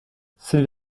cette